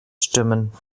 stimmen